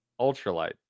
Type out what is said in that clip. ultralight